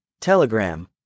Telegram